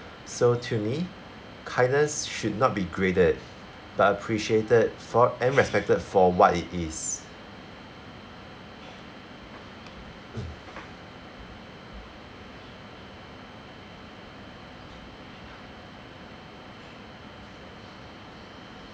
so to me kindness should not be graded but appreciated for and respected for what it is